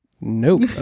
Nope